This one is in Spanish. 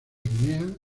guinea